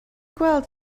gweld